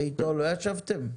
ואיתו לא ישבתם?